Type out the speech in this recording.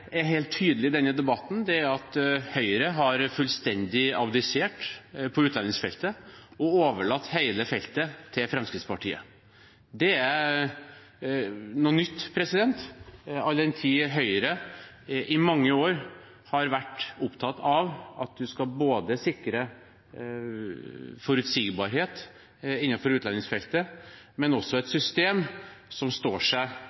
er helt tydelig i denne debatten, er at Høyre har fullstendig abdisert på utlendingsfeltet og overlatt hele feltet til Fremskrittspartiet. Det er noe nytt, all den tid Høyre i mange år har vært opptatt av at man skal sikre forutsigbarhet innenfor utlendingsfeltet, men også et system som står seg